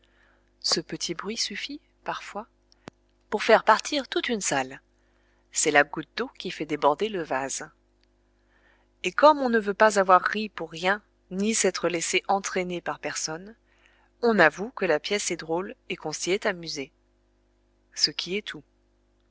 ce petit bruit suffit parfois pour faire partir toute une salle c'est la goutte d'eau qui fait déborder le vase et comme on ne veut pas avoir ri pour rien ni s'être laissé entraîner par personne on avoue que la pièce est drôle et qu'on s'y est amusé ce qui est tout